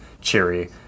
cheery